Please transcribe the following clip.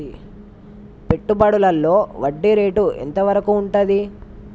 పెట్టుబడులలో వడ్డీ రేటు ఎంత వరకు ఉంటది?